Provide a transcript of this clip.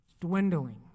dwindling